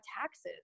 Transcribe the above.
taxes